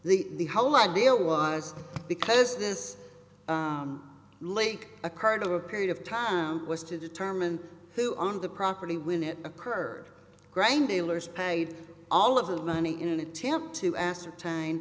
the the whole idea was because this lake occurred over a period of time was to determine who owned the property when it occurred grain dealers paid all of the money in an attempt to ascertain